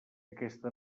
aquesta